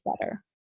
better